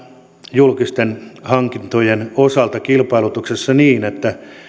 julkisten hankintojen osalta kilpailutuksessa sitä että